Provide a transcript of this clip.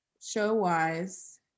show-wise